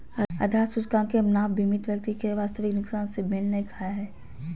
आधार सूचकांक के नाप बीमित व्यक्ति के वास्तविक नुकसान से मेल नय खा हइ